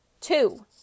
two